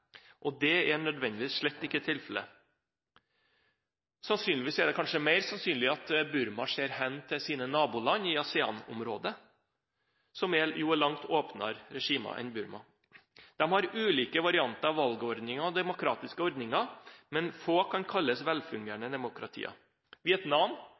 Det er nødvendigvis slett ikke tilfellet. Det er kanskje mer sannsynlig at Burma ser hen til sine naboland i ASEAN-området som er langt åpnere regimer enn Burma. De har ulike varianter av valgordninger og demokratiske ordninger, men få kan kalles